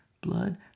blood